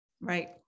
right